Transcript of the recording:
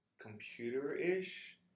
computer-ish